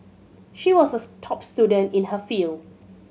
she was a top student in her field